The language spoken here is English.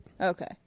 Okay